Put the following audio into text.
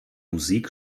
musik